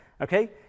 okay